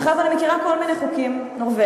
מאחר שאני מכירה כל מיני חוקים נורבגיים.